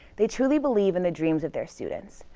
they truly believe in the dreams of their students.